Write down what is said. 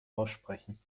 aussprechen